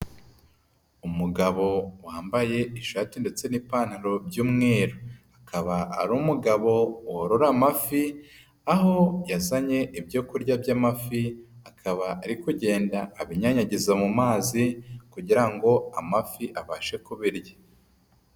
Umugabo wambaye ishati ndetse n'ipantaro by'umweru, akaba ari umugabo worora amafi aho yazanye ibyo kurya by'amafi, akaba ari kugenda abinyanyagiza mu mazi kugira ngo amafi abashe kubirya.